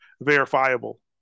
verifiable